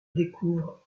découvre